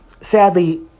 sadly